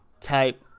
type